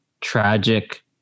tragic